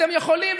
אתם יכולים,